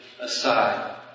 aside